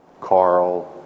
Carl